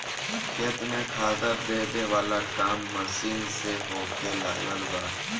खेत में खादर देबे वाला काम मशीन से होखे लागल बा